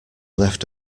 left